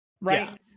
right